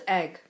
egg